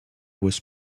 was